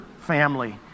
family